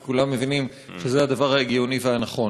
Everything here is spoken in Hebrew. כי כולם מבינים שזה הדבר ההגיוני והנכון.